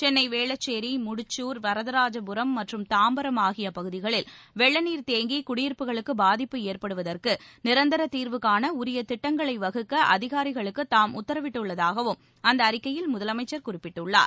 சென்னை வேளச்சேரி முடிச்சூர் வரதராஜபுரம் மற்றும் தாம்பரம் ஆகிய பகுதிகளில் வெள்ளநீர் தேங்கி குடியிருப்புகளுக்கு பாதிப்பு ஏற்படுவதற்கு நிரந்தர தீர்வு காண உரிய திட்டங்களை வகுக்க அதிகாரிகளுக்கு தாம் உத்தரவிட்டுள்ளதாகவும் அந்த அறிக்கையில் முதலமைச்சர் குறிப்பிட்டுள்ளார்